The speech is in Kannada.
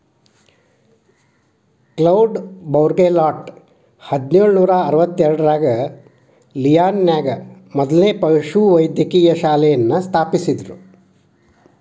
ಕ್ಲೌಡ್ ಬೌರ್ಗೆಲಾಟ್ ಹದಿನೇಳು ನೂರಾ ಅರವತ್ತೆರಡರಾಗ ಲಿಯಾನ್ ನ್ಯಾಗ ಮೊದ್ಲನೇ ಪಶುವೈದ್ಯಕೇಯ ಶಾಲೆಯನ್ನ ಸ್ಥಾಪಿಸಿದ್ರು